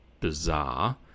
bizarre